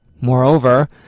Moreover